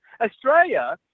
Australia